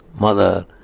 Mother